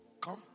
Come